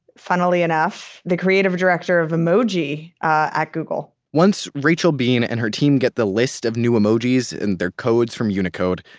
funnily enough, the creative director of emoji at google once rachel been and her team get the list of new emojis and their codes from unicode,